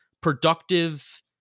productive